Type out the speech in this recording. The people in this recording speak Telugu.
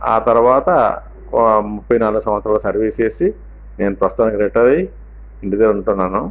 ఆ తర్వాత ముప్పై నలభై సంవత్సరాలు సర్వీస్ చేసి నేను ప్రస్తుతానికి రిటైర్ అయ్యి ఇంటి దగ్గర ఉంటున్నాను